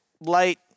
Light